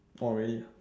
orh really ah